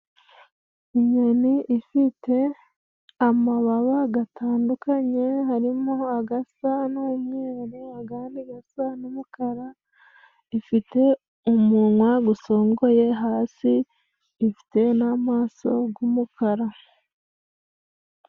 Inyoni ifite amababa gatandukanye hari mo, agasa n'umweru agandi gasa n'umukara, ifite umunwa gusongoye hasi, ifite n'amaso g'umukara.